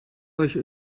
euch